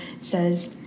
says